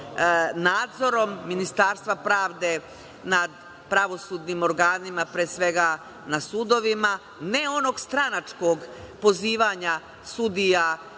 nadzorom Ministarstva pravde nad pravosudnim organim. Pre svega na sudovima, ne onog stranačkog pozivanja sudija